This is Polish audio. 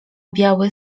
biały